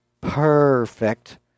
perfect